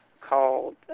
called